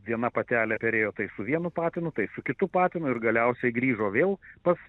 viena patelė perėjo tai su vienu patinu tai su kitu patinu ir galiausiai grįžo vėl pas